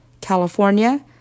California